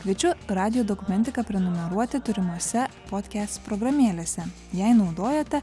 kviečiu radijo dokumentiką prenumeruoti turimose podkest programėlėse jei naudojate